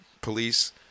Police